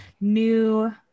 new